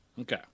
Okay